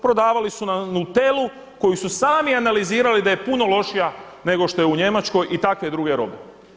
Prodavali su nam nutelu koju su sami analizirali da je puno lošija nego što je u Njemačkoj i takve druge robe.